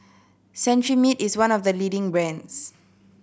Cetrimide is one of the leading brands